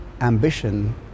Ambition